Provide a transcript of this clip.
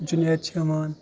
جُنید چھُ یِوان